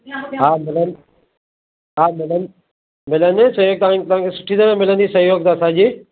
हा मिलनि हा मिलनि मिलंदी तव्हांखे सुठी तरह मिलंदी सहयोगु असांजी